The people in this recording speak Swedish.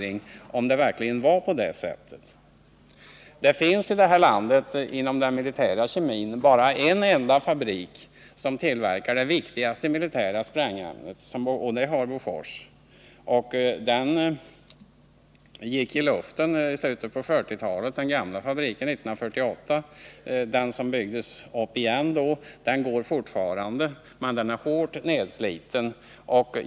Inom den militära kemin i Sverige finns det bara en enda fabrik som tillverkar det viktigaste sprängämnet. Den fabriken finns vid Bofors. År 1948 gick den gamla fabriken i luften. Den fabrik som sedan byggdes upp drivs fortfarande, men den är hårt nedsliten.